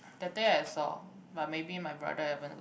that day I saw but maybe my brother haven't look